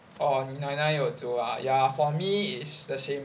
orh 你奶奶有煮 ya for me is the same